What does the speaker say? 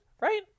right